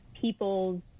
people's